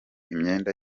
imyenda